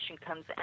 comes